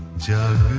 judge